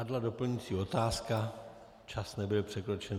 Padla doplňující otázka, čas nebyl překročen.